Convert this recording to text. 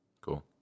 cool